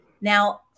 Now